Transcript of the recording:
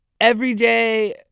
everyday